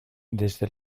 desde